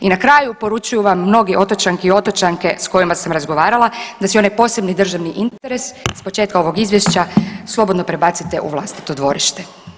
I na kraju, poručuju vam mnogi otočani i otočanke s kojima sam razgovarala da si onaj posebni interes s početka ovog izvješća slobodno prebacite u vlastito dvorište.